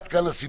עד כאן הסיפור.